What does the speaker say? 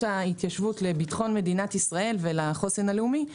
ההתיישבות לביטחון מדינת ישראל ולחוסן הלאומי,